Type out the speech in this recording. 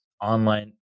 online